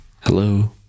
Hello